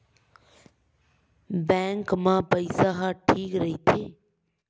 Bank मा पईसा ह ठीक राइथे?